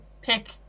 pick